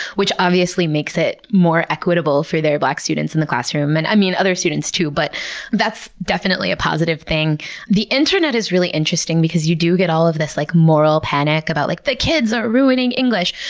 which obviously makes it more equitable for their black students in the classroom. and i mean other students too, but that's definitely a positive thing the internet is really interesting because you do get all of this like moral panic about, like the kids are ruining english!